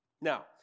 Now